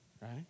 right